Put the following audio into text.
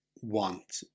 want